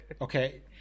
okay